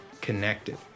connected